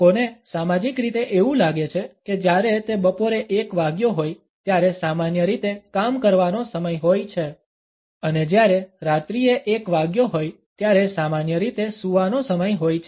લોકોને સામાજિક રીતે એવું લાગે છે કે જ્યારે તે બપોરે 1 વાગ્યો હોય ત્યારે સામાન્ય રીતે કામ કરવાનો સમય હોય છે અને જ્યારે રાત્રીએ 1 વાગ્યો હોય ત્યારે સામાન્ય રીતે સૂવાનો સમય હોય છે